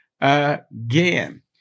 again